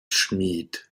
schmied